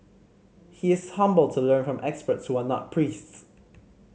he is humble to learn from experts who are not priests